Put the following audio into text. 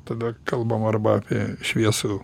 tada kalbam arba apie šviesų